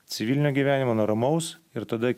civilinio gyvenimo nuo ramaus ir tada